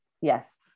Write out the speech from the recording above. Yes